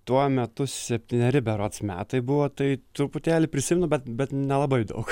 tuo metu septyneri berods metai buvo tai truputėlį prisimenu bet bet nelabai daug